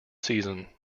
season